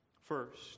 First